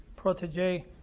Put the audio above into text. protege